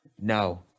No